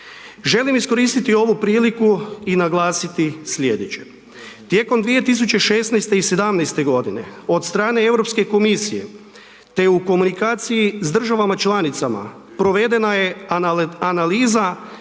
Želim iskoristiti ovu priliku i naglasiti slijedeće, tijekom 2016. i '17. godine od strane Europske komisije te u komunikaciji s državama članicama provedena je analiza